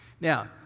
Now